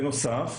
בנוסף,